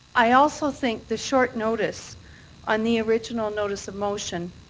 i also think the short notice on the original notice of motion